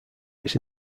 its